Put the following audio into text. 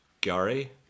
gary